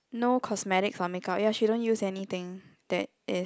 no cosmetics or makeup ya she don't use anything that is